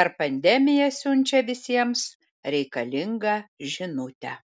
per pandemiją siunčia visiems reikalingą žinutę